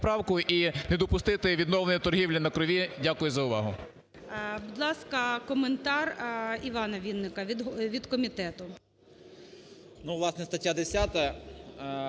Дякую за увагу.